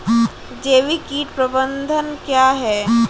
जैविक कीट प्रबंधन क्या है?